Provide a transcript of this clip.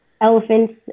elephants